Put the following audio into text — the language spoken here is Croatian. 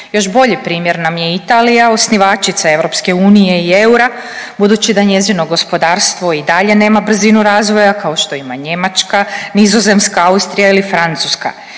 Još bolji primjer nam je Italija, osnivačica EU i eura budući da njezino gospodarstvo i dalje nema brzinu razvoja kao što ima Njemačka, Nizozemska, Austrija ili Francuska.